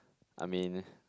I mean